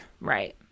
Right